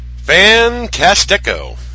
Fantastico